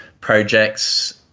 projects